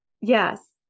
Yes